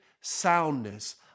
soundness